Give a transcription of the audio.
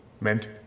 meant